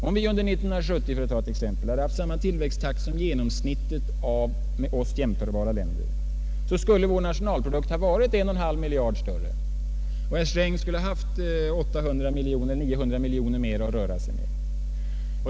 Om vi under 1970, för att ta ett exempel, hade haft samma tillväxttakt som genomsnittet av med oss jämförbara länder, skulle vår nationalprodukt ha varit 1,5 miljarder större och herr Sträng skulle ha haft 800 — 900 miljoner mera att röra sig med.